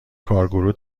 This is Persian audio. کارگروه